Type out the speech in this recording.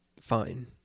Fine